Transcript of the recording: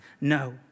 No